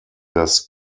das